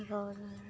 र